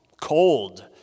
cold